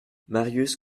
marius